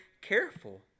careful